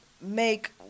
make